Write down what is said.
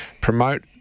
Promote